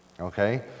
Okay